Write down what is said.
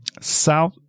South